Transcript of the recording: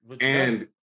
And-